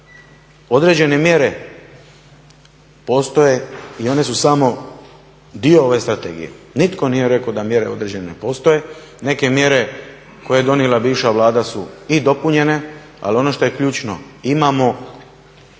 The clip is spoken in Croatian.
određene mjere postoje i one su samo dio ove strategije. Nitko nije rekao da mjere određene ne postoje. Neke mjere koje je donijela bivša Vlada su i dopunjene ali ono što je ključno imamo